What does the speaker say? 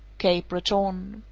cape breton.